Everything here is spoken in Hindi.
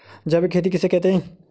जैविक खेती किसे कहते हैं?